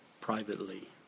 privately